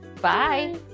bye